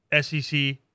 SEC